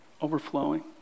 overflowing